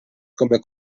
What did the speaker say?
come